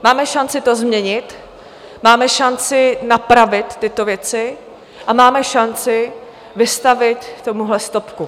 Máme šanci to změnit, máme šanci napravit tyto věci a máme šanci vystavit tomuhle stopku.